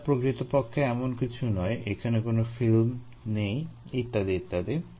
এটা প্রকৃতপক্ষে এমন কিছু নয় এখানে কোনো ফিল্ম নেই ইত্যাদি ইত্যাদি